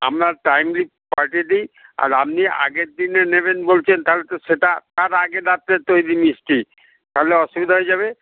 আমরা টাইমলি পাঠিয়ে দিই আর আপনি আগের দিনে নেবেন বলছেন তাহলে তো সেটা তার আগের রাত্রে তৈরি মিষ্টি তাহলে অসুবিধা হয়ে যাবে